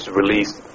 released